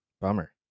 Bummer